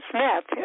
Smith